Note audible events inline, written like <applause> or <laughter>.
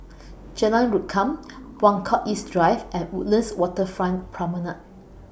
Jalan Rukam <noise> Buangkok East Drive and Woodlands Waterfront Promenade